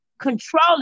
controlling